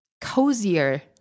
cozier